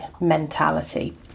mentality